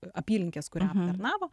apylinkės kurią aptarnavo